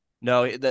No